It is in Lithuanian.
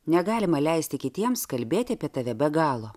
negalima leisti kitiems kalbėti apie tave be galo